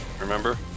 remember